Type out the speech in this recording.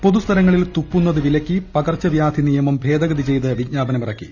പൊതുസ്ഥലങ്ങളിൽ തുപ്പു്ന്നുത് വിലക്കി പകർച്ചവ്യാധി നിയമം ഭേദഗതി ചെയ്ത് വിജ്ഞാപനമിറക്കി